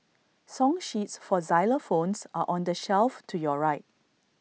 song sheets for xylophones are on the shelf to your right